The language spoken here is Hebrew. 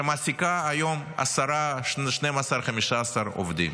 שמעסיקה היום עשרה, 12, 15 עובדים